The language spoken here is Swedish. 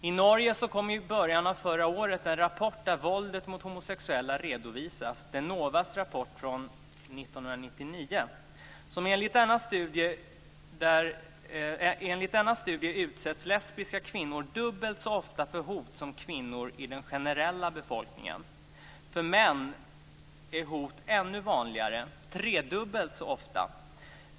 I Norge kom i början av förra året en rapport där våldet mot homosexuella redovisas. Det är NOVA:s rapport från 1999. Enligt denna studie utsätts lesbiska kvinnor dubbelt så ofta för hot som kvinnor i den generella befolkningen. För män är hot ännu vanligare, tredubbelt så ofta.